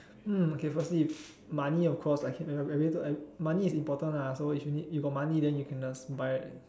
hmm okay firstly money of course money is important ah so if you need you got money then you can just buy